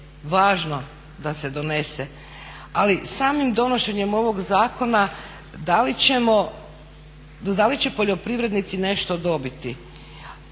važno da se donese ali samim donošenjem ovog zakona da li ćemo, da li će poljoprivrednici nešto dobiti?